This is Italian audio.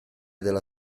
della